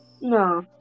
No